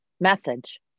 message